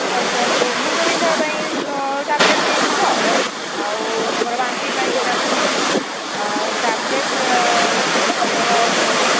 ଆଚ୍ଛା ମୁଣ୍ଡ ବିନ୍ଧା ପାଇଁ ଟାବଲେଟ୍ ନେଇଯିବ ଆଉ ତୁମର ବାନ୍ତି ପାଇଁ ବି ଟାବ୍ଲେଟ୍ ଟାବ୍ଲେଟ୍ ତୁମର